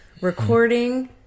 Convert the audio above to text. recording